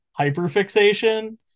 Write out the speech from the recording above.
hyperfixation